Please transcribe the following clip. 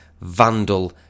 vandal